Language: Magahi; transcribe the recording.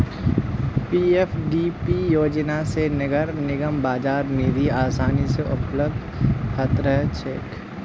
पीएफडीपी योजना स नगर निगमक बाजार निधि आसानी स उपलब्ध ह त रह छेक